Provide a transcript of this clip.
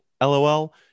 LOL